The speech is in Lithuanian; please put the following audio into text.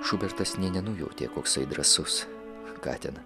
šubertas nė nenujautė koksai drąsus ką ten